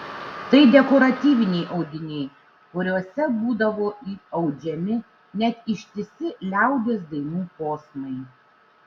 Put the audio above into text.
tai dekoratyviniai audiniai kuriuose būdavo įaudžiami net ištisi liaudies dainų posmai